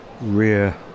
rear